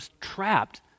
trapped